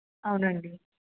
అవునండి